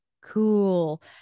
Cool